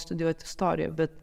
studijuot istoriją bet